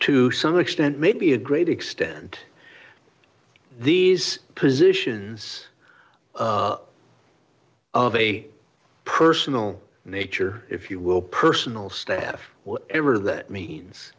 to some extent maybe a great extent these positions of a personal nature if you will personal staff whatever that means